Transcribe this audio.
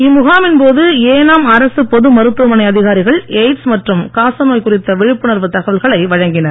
இம்முகாமின் போது ஏனாம் அரசுப் பொது மருத்துவமனை அதிகாரிகள் எய்ட்ஸ் மற்றும் காசநோய் குறித்த விழிப்புணர்வு தகவல்களை வழங்கினர்